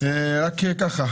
אני אתחיל בנושא